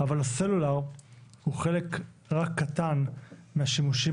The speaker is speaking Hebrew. אבל הסלולר הוא חלק רק קטן מהשימושים